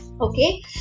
okay